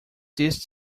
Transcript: this